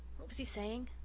what was he saying?